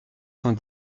cent